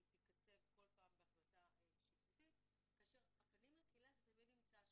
היא תיקצב כל פעם בהחלטה שיפוטית כאשר הפנים לקהילה תמיד נמצא שם.